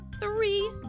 three